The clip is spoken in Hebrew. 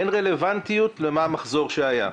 אין רלוונטיות למה המחזור שהיה.